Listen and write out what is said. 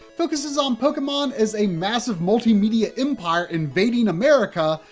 focuses on pokemon as a massive multi-media empire invading america,